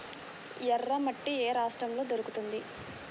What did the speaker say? ఎర్రమట్టి ఏ రాష్ట్రంలో దొరుకుతుంది?